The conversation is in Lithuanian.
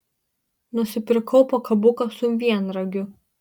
nusipirkau pakabuką su vienragiu